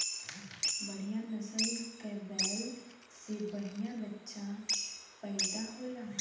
बढ़िया नसल के बैल से बढ़िया बच्चा पइदा होला